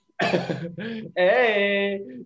hey